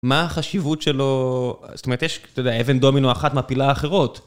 מה החשיבות שלו, זאת אומרת, יש אתה יודע אבן דומינו אחת מפילה אחרות.